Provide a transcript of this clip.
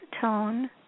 tone